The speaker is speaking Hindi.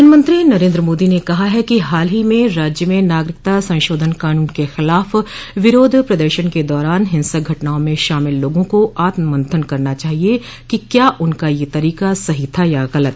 प्रधानमंत्री नरेन्द्र मोदी ने कहा है कि हाल ही में राज्य में नागरिकता संशोधन कानून के खिलाफ विरोध प्रदर्शन के दौरान हिंसक घटनाओं में शामिल लोगों को आत्ममंथन करना चाहिए कि क्या उनका यह तरीका सही था या गलत